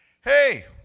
hey